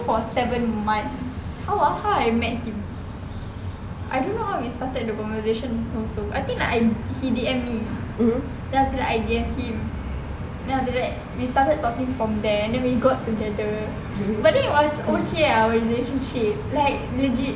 for seven months how ah how I met him I don't know how it started we started the conversation also I think I I he D_M me then after tat I D_M him then after that we started talking from there then we got together but I think it was okay ah relationship like legit